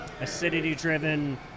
acidity-driven